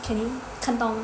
can you 看到